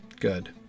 good